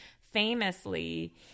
famously